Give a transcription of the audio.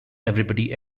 everybody